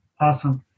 Awesome